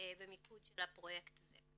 במיקוד של הפרויקט הזה.